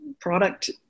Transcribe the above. product